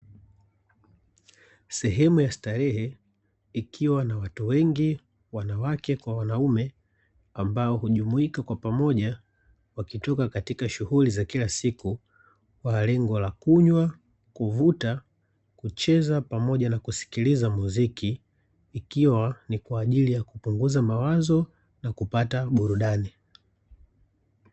Sehemu ya starehe ikiwa na watu wengi, wanawake kwa wanaume ambao hujumuika kwa pamoja, wakitoka katika shughuli za kila siku. Kwa lengo la kunywa, kuvuta, kucheza pamoja na kusikiliza muziki. Ikiwa ni kwa ajili ya kupunguza mawazo na kupata burudani.